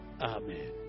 Amen